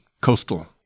Coastal